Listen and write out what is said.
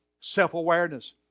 self-awareness